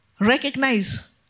recognize